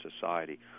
society